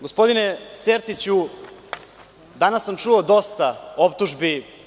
Gospodine Sertiću, danas sam čuo dosta optužbi.